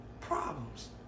Problems